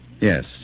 Yes